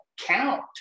count